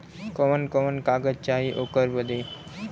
कवन कवन कागज चाही ओकर बदे?